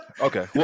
Okay